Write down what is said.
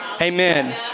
Amen